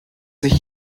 sich